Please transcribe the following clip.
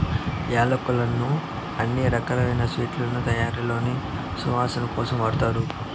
యాలక్కులను అన్ని రకాల స్వీట్ల తయారీలో సువాసన కోసం వాడతారు